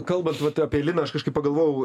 kalbant vat apie liną aš kažkaip pagalvojau